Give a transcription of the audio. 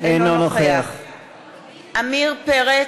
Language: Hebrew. אינו נוכח עמיר פרץ,